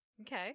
okay